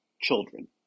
children